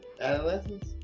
adolescence